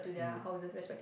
mm